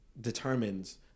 determines